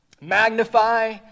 Magnify